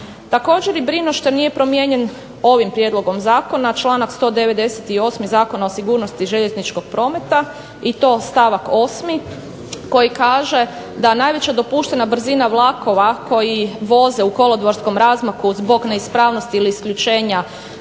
Također je ... što nije promijenjen ovim prijedlogom zakona članak 198. Zakona o sigurnosti željezničkog prometa i to stavak 8. koji kaže da najveća dopuštena brzina vlakova koji voze u kolodvorskom razmaku zbog neispravnosti ili isključenja